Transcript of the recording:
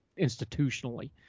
institutionally